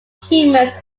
humans